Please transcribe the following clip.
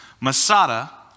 Masada